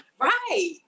Right